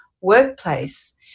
workplace